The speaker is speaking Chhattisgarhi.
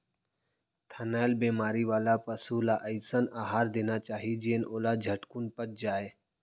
थनैल बेमारी वाला पसु ल अइसन अहार देना चाही जेन ओला झटकुन पच जाय